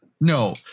No